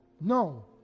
no